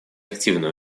активное